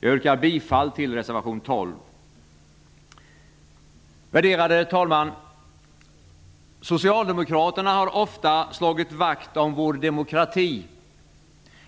Jag yrkar bifall till reservation 12. Värderade talman! Socialdemokraterna har ofta slagit vakt om vår demokrati.